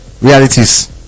realities